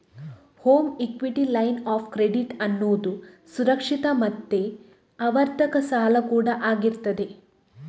home equity line of credit ಅನ್ನುದು ಸುರಕ್ಷಿತ ಮತ್ತೆ ಆವರ್ತಕ ಸಾಲ ಕೂಡಾ ಆಗಿರ್ತದೆ